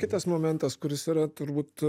kitas momentas kuris yra turbūt